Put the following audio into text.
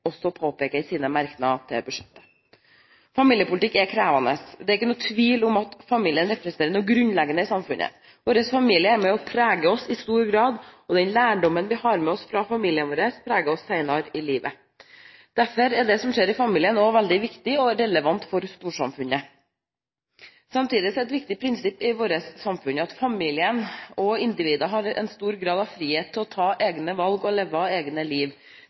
også påpeker i sine merknader til budsjettet. Familiepolitikk er krevende. Det er ikke noen tvil om at familiene representerer noe grunnleggende i samfunnet. Vår familie er med på å prege oss i stor grad, og den lærdommen vi har med oss fra familien vår, preger oss senere i livet. Derfor er det som skjer i familien, også veldig viktig og relevant for storsamfunnet. Samtidig er det et viktig prinsipp i vårt samfunn at familien, og individer, har en stor grad av frihet til å ta egne valg og leve egne liv.